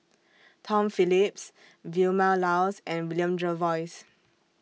Tom Phillips Vilma Laus and William Jervois